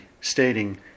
stating